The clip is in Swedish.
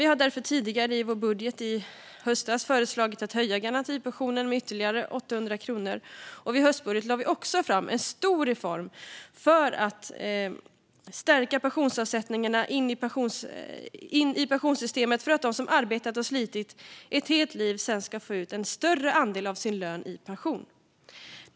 Vi har därför tidigare, i vår budget i höstas, föreslagit att höja garantipensionen med ytterligare 800 kronor. I vår höstbudget lade vi också fram en stor reform för att stärka pensionsavsättningarna in i pensionssystemet för att de som arbetat och slitit ett helt liv sedan ska få ut en större andel av sin lön i pension.